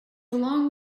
long